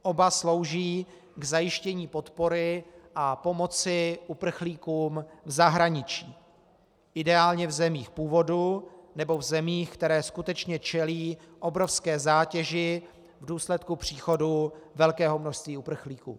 Oba slouží k zajištění podpory a pomoci uprchlíkům v zahraničí, ideálně v zemích původu nebo v zemích, které skutečně čelí obrovské zátěži v důsledku příchodu velkého množství uprchlíků.